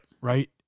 Right